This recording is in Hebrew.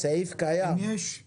יש לי סעיף בעניין הזה.